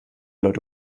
leute